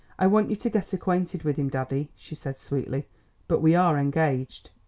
i want you to get acquainted with him, daddy, she said sweetly but we are engaged.